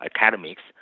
academics